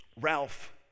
Ralph